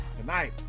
tonight